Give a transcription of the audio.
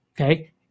Okay